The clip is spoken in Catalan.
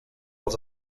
els